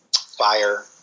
fire